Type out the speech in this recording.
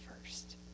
first